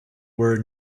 were